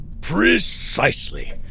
Precisely